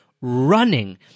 running